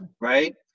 right